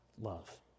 love